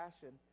passion